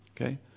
Okay